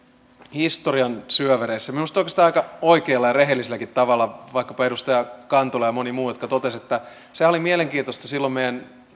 historian syövereissä minusta oikeastaan aika oikealla ja rehelliselläkin tavalla vaikkapa edustaja kantola ja moni muu jotka totesivat että sehän oli mielenkiintoista silloin meidän